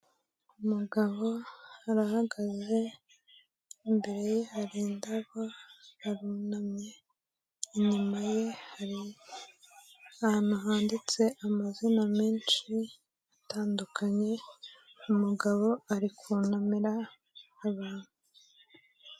Umugabo arahagaze imbere ye hari indabo arunamye inyuma ye hari ahantu handitse amazina menshi atandukanye umugabo ari kunamira abantu.